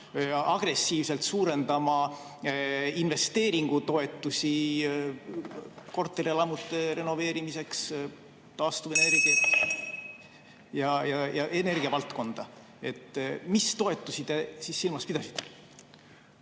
agressiivselt suurendama investeeringutoetusi korterelamute renoveerimiseks, taastuvenergia ja energiavaldkonda. Mis toetusi te silmas pidasite?